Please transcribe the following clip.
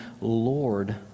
Lord